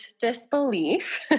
disbelief